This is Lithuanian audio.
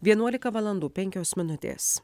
vienuolika valandų penkios minutės